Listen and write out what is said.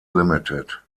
limited